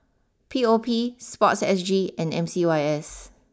P O P Sportsg and M C Y S